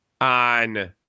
on